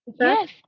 Yes